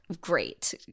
great